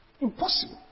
Impossible